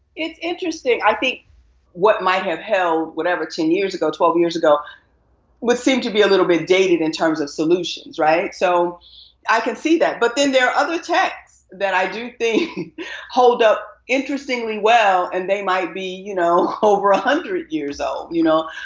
it's interesting. i think what might have held whatever ten years ago, twelve years ago would seem to be a little bit dated in terms of solutions, right? so i can see that. but then there are other texts that i do think hold up interestingly well, and they might be, you know, over one hundred years old, you know?